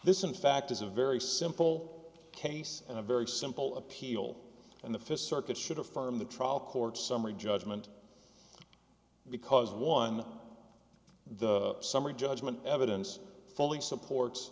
this in fact is a very simple case and a very simple appeal and the th circuit should affirm the trial court's summary judgment because one the summary judgment evidence fully supports